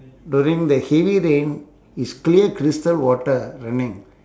during the heavy rain it's clear crystal water running